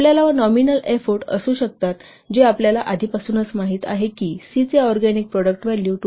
आपल्याला nominal effort असू शकतात जे आपल्याला आधीपासूनच माहित आहे की'c' चे ऑरगॅनिक प्रॉडक्ट व्हॅल्यू २